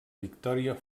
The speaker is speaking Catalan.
victòria